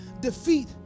defeat